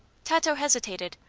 tato hesitated.